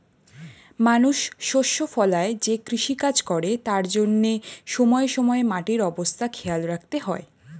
মানুষ শস্য ফলায় যে কৃষিকাজ করে তার জন্যে সময়ে সময়ে মাটির অবস্থা খেয়াল রাখতে হয়